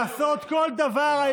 לעשות כל דבר,